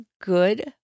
good